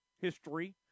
history